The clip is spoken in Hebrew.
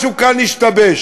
משהו כאן השתבש.